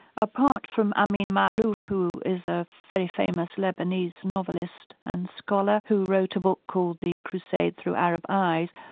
apart from amin maalouf who is a very famous lebanese novelist and scholar who wrote a book called the crusade through arab eyes,